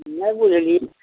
नहि बुझलियै